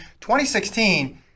2016